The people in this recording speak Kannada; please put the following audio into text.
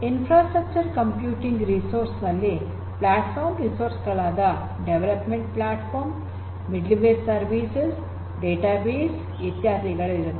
ಇನ್ಫ್ರಾಸ್ಟ್ರಕ್ಚರ್ ಕಂಪ್ಯೂಟಿಂಗ್ ರಿಸೋರ್ಸ್ ನಲ್ಲಿ ಪ್ಲಾಟ್ಫಾರ್ಮ್ ರಿಸೋರ್ಸ್ ಗಳಾದ development platform middleware services database ಇತ್ಯಾದಿಗಳು ಇರುತ್ತವೆ